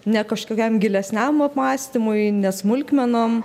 ne kažkokiam gilesniam apmąstymui ne smulkmenom